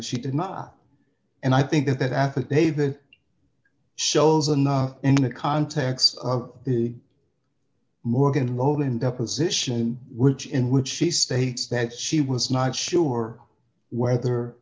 that she did not and i think that that affidavit shows enough in the context of the morgan lowden deposition which in which she states that she was not sure whether